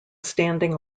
standing